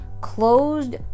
closed